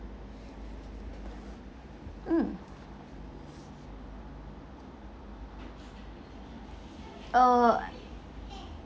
mm oh